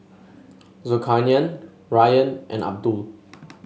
Zulkarnain Ryan and Abdul